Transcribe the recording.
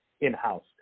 in-house